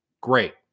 Great